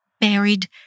buried